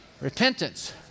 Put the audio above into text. Repentance